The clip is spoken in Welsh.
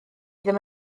ddim